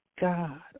God